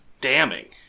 damning